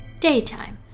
Daytime